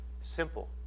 Simple